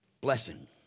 Blessing